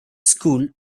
school